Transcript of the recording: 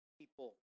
people